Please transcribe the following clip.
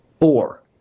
four